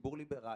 ליברלי,